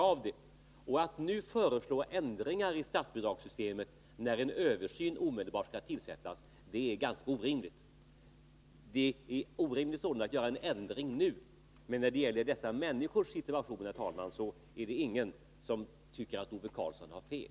Att nu föreslå ändringar i statsbidraget när en översyn är omedelbart förestående är ganska orimligt. När det gäller de handikappades situation är det emellertid ingen som tycker att Ove Karlsson har fel.